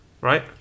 right